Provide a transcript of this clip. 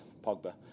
Pogba